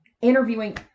interviewing